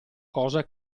cosa